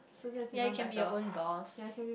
ya you can be your own boss